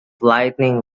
lightning